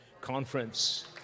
conference